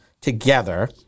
together